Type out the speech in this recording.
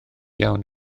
iawn